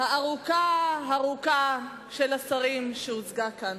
הארוכה הארוכה של השרים שהוצגה כאן.